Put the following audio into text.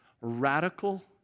radical